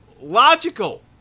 logical